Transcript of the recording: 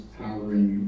powering